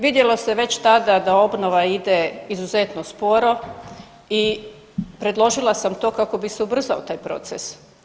Vidjelo se već tada da obnova ide izuzetno sporo i predložila sam to kako bi se ubrzao taj proces.